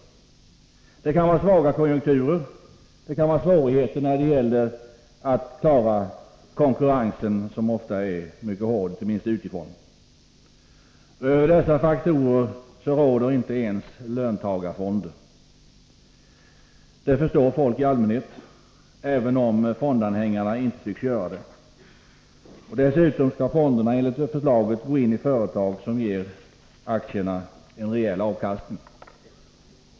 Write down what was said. Det kan vara svaga konjunkturer eller svårigheter när det gäller att klara konkurrensen, som ofta är mycket hård, inte minst utifrån. Över dessa faktorer råder inte ens löntagarfonder. Det förstår folk i allmänhet, även om fondanhängarna inte tycks göra det. Dessutom skall fonderna enligt förslaget gå in i företag som ger aktierna en rejäl avkastning.